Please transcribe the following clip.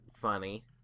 funny